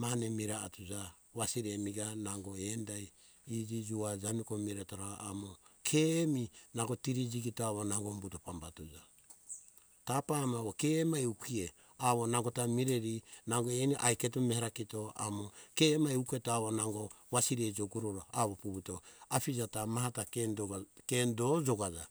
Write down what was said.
mane mirai atuja mo mane mirai atuja, wasiri miretuja iji jua nanjiko miretora amo ke mi nango tiri jikito awo humbuto pambatuja, tapa amo ke evi ieah nango eni aiketo mera kito amo ke emi uketo awo wasiri jukuruna afija ta mahata ke do jukaja